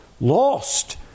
Lost